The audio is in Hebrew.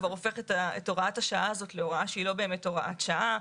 כבר הופך את הוראת השעה להוראה שהיא לא באמת הוראת שעה,